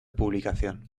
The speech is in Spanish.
publicación